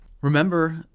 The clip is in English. remember